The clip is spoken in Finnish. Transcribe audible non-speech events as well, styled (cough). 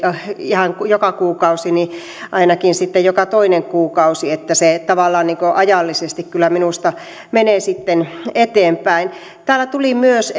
ihan joka kuukausi niin ainakin sitten joka toinen kuukausi niin että se tavallaan ajallisesti kyllä minusta menee sitten eteenpäin täällä tulivat myös (unintelligible)